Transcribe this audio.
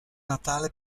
natale